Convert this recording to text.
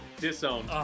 Disowned